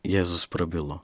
jėzus prabilo